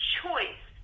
choice